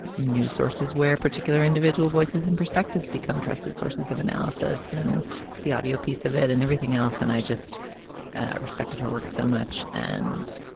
news sources where particular individual voices and perspectives become trusted sources of analysis and the audio piece of it and everything else and i just respected her work so much and